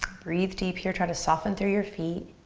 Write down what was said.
breathe deep here, try to soften through your feet.